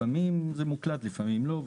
לפעמים זה מוקלט, לפעמים לא.